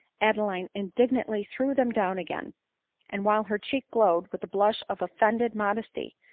adeline indignantly threw them down again and, while her cheek glowed with the blush of offended modesty,